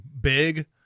big –